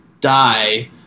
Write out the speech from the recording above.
die